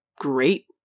great